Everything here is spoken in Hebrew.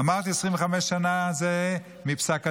אמרתי, 25 שנה זה התיישנות מפסק הדין,